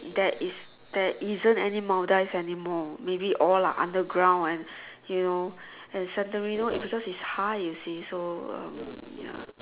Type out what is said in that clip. that is there isn't any Maldives anymore maybe all are underground and you know and Santarino it's cause it's high you see so hmm ya